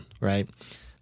right